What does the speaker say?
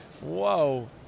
whoa